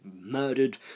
murdered